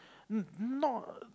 mm not